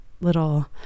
little